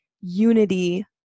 unity